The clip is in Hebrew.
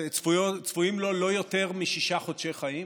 צפויים לו לא יותר משישה חודשי חיים